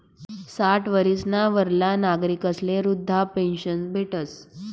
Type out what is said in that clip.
साठ वरीसना वरला नागरिकस्ले वृदधा पेन्शन भेटस